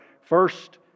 first